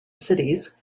cities